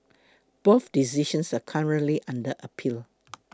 both decisions are currently under appeal